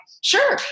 sure